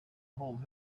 hold